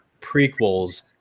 prequels